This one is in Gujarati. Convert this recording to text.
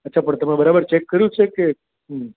અચ્છા પણ તમે બરાબર ચેક કર્યું છે કે હમ